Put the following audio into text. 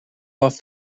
off